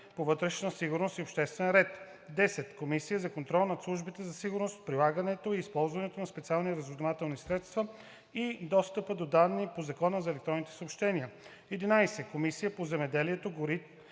по вътрешна сигурност и обществен ред; 10. Комисия за контрол над службите за сигурност, прилагането и използването на специалните разузнавателни средства и достъпа до данните по Закона за електронните съобщения; 11. Комисия по земеделието,